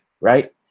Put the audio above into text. right